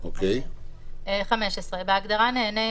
ממשיכה בהקראה: בהגדרה "נהנה",